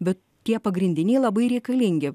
bet tie pagrindiniai labai reikalingi